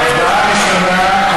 הצבעה ראשונה,